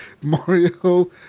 Mario